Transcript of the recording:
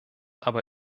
aber